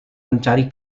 mencari